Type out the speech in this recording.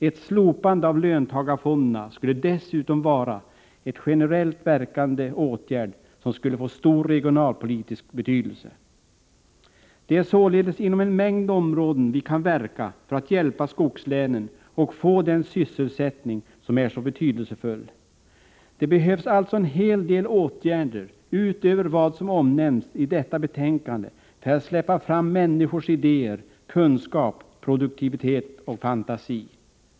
Ett slopande av löntagarfonderna skulle dessutom vara en generellt verkande åtgärd som skulle få stor regionalpolitisk betydelse. Det är således inom en mängd områden vi kan verka för att hjälpa skogslänen att få den sysselsättning som är så betydelsefull. Det behövs alltså en hel del åtgärder utöver vad som omnämns i detta betänkande för att släppa fram människors idéer, kunskap, produktivitet och fantasi.